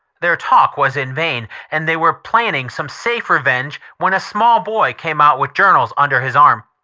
their talk was in vain and they were planning some safe revenge when a small boy came out with journals under his arm.